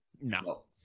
No